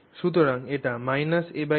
সুতরাং এটি a2